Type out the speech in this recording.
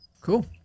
Cool